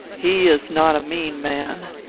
he is not a mean man.